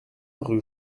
rue